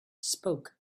spoke